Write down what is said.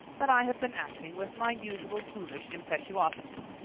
that i have been acting with my usual foolish impetuosity.